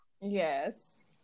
Yes